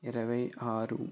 ఇరవై ఆరు